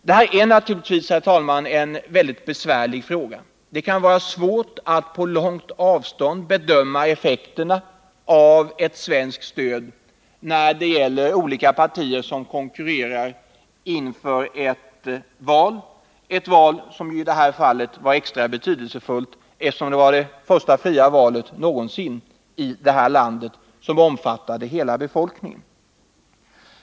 Detta är naturligtvis, herr talman, en mycket besvärlig fråga. Det kan vara svårt att på långt avstånd bedöma effekterna av svenskt stöd när det gäller olika partier som konkurrerar vid ett val, ett val som i detta fall var extra betydelsefullt, eftersom det gällde det första fria valet någonsin för hela befolkningen i landet.